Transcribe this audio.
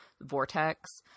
vortex